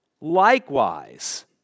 likewise